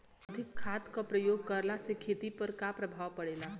अधिक खाद क प्रयोग कहला से खेती पर का प्रभाव पड़ेला?